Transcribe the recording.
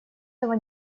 того